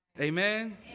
Amen